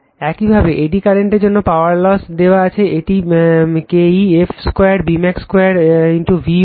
একইভাবে এডি কারেন্টের জন্য পাওয়ার লস দেওয়া আছে এটি Ke f 2 Bmax 2 V watt